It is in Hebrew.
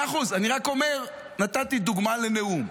מאה אחוז, אני רק אומר, נתתי דוגמה לנאום.